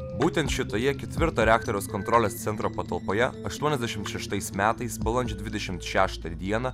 būtent šitoje ketvirto reaktoriaus kontrolės centro patalpoje aštuoniasdešimt šeštais metais balandžio dvidešimt šetą dieną